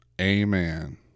Amen